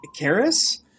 Karis